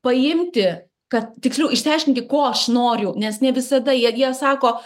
paimti kad tiksliau išsiaiškinti ko aš noriu nes ne visada jie jie sako